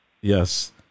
yes